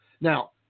Now